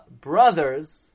brothers